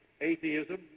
atheism